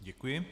Děkuji.